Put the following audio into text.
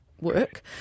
work